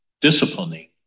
disciplining